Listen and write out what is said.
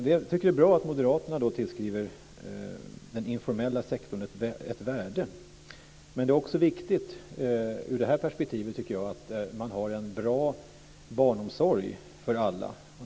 Jag tycker att det är bra att Moderaterna tillskriver den informella sektorn ett värde men det är också viktigt i det här perspektivet att ha en bra barnomsorg för alla.